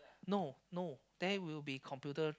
no no there will be computer